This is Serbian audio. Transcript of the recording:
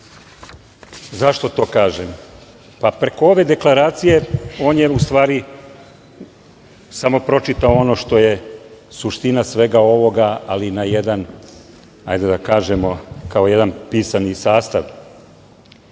to kažem? Pa, preko ove deklaracije on je u stvari samo pročitao ono što je suština svega ovoga, ali na jedan, hajde da kažemo, kao jedan pisani sastav.